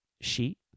sheet